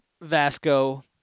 Vasco